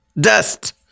Dust